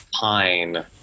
pine